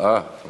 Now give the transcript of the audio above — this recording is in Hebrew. אני